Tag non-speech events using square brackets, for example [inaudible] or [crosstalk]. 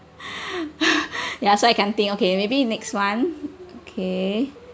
[laughs] ya so I can think okay maybe next [one] okay